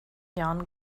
jahren